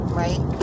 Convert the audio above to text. right